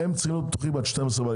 הם צריכים להיות פתוחים עד 12 בלילה.